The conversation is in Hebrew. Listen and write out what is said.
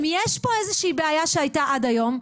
אם יש פה איזושהי בעיה שהייתה עד היום,